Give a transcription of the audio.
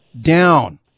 down